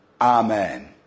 Amen